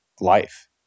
life